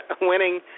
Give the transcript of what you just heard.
winning